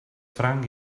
franc